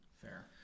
fair